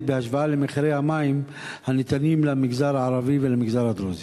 בהשוואה למחירי המים הניתנים למגזר הערבי ולמגזר הדרוזי?